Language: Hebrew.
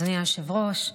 אדוני היושב-ראש,